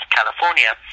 California